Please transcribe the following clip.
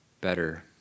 better